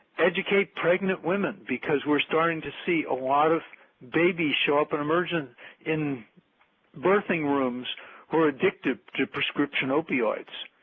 educate pregnant women because we are starting to see a lot of babies show up and in birthing rooms who are addicted to prescription opioids,